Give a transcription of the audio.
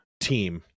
team